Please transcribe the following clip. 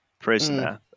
prisoner